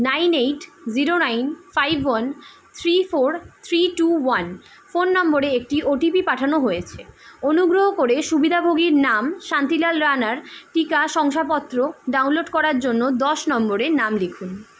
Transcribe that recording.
nine eight zero nine five one three four three two one phone নম্বরে একটি OTP পাঠানো হয়েছে অনুগ্রহ করে সুবিধাভোগীর নাম শান্তিলাল রাণার টিকা শংসাপত্র ডাউনলোড করার জন্য দশ নম্বরে নাম লিখুন